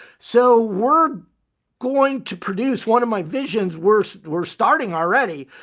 so we're going to produce, one of my visions we're so we're starting already,